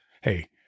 Hey